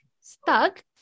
stuck